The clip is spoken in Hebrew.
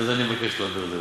אז אני מבקש להעביר את זה